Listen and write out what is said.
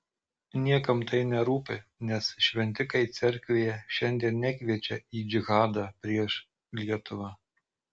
niekam tai nerūpi nes šventikai cerkvėje šiandien nekviečia į džihadą prieš lietuvą